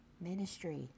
Ministry